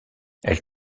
elle